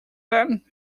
then